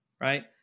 right